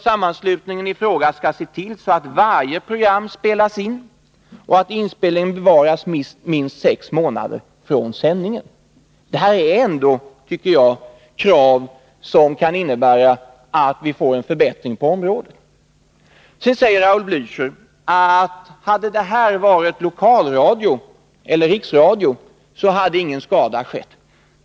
Sammanslutningen i fråga skall se till att varje program spelas in och att inspelningen bevaras minst sex månader efter sändningen. Det är ändå krav som kan innebära förbättringar på detta omtåde. Raul Blächer säger att det som hänt inte skulle ha inträffat om det hade gällt lokalradion eller riksradion.